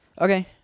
Okay